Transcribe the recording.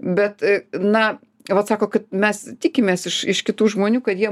bet na vat sako kad mes tikimės iš iš kitų žmonių kad jie